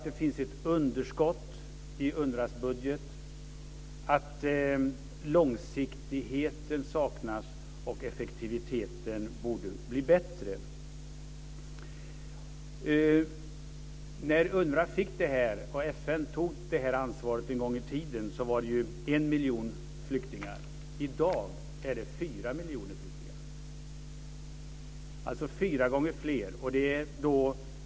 Det finns ett underskott i UNRWA:s budget. Långsiktigheten saknas. Effektiviteten borde bli bättre. När UNRWA fick detta, och FN tog ansvaret en gång i tiden, fanns det en miljon flyktingar. I dag finns det fyra miljoner flyktingar - alltså fyra gånger fler.